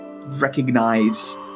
recognize